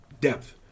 depth